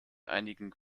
einigen